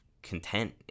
content